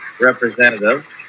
representative